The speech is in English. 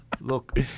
Look